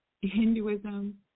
Hinduism